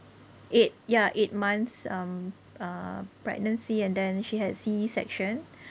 eight ya eight months um uh pregnancy and then she had C section